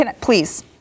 Please